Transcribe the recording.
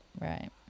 Right